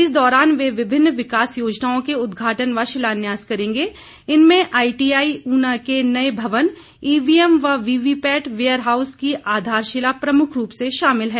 इस दौरान वे विभिन्न विकास योजनाओं के उद्घाटन व शिलान्यास करेंगे इनमें आईटीआई ऊना के नए भवन ईबीएम व वीवीपेट वेयर हाउस की आधारशिला प्रमुख रूप से शामिल है